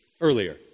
earlier